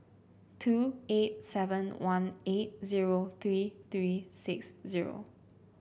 two eight seven one eight zero three three six zero